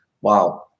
Wow